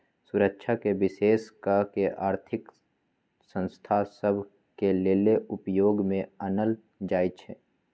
सुरक्षाके विशेष कऽ के आर्थिक संस्था सभ के लेले उपयोग में आनल जाइ छइ